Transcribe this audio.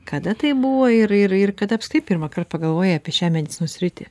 kada tai buvo ir ir ir kada apskritai pirmąkart pagalvojai apie šią medicinos sritį